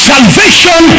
salvation